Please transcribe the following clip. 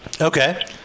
Okay